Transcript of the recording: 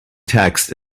text